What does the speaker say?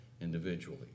individually